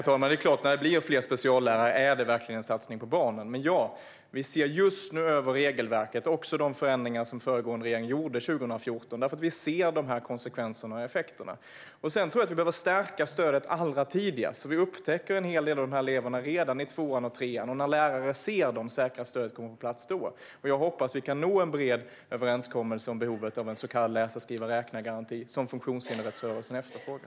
Herr talman! Fler speciallärare är såklart en verklig satsning på barnen, men ja: Vi ser just nu över regelverket, även de förändringar som föregående regering gjorde 2014, eftersom vi ser de här konsekvenserna och effekterna. Jag tror också att vi behöver stärka det allra tidigaste stödet så att lärare som upptäcker de här eleverna redan i tvåan och trean kan säkra att stödet kommer på plats redan då. Jag hoppas därför att vi kan nå en bred överenskommelse om behovet av en så kallad läsa-skriva-räkna-garanti, som funktionshindersrättsrörelsen efterfrågar.